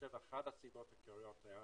אחת הסיבות העיקריות הייתה